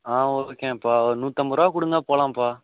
ஆ ஓகேப்பா ஒரு நூத்தம்பது ரூபா கொடுங்க போகலாம்ப்பா